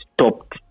stopped